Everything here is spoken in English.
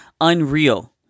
unreal